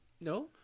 no